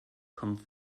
kommt